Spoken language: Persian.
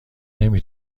نمی